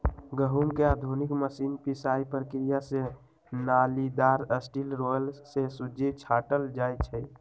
गहुँम के आधुनिक मशीन पिसाइ प्रक्रिया से नालिदार स्टील रोलर से सुज्जी छाटल जाइ छइ